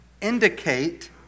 indicate